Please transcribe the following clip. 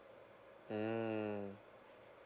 mm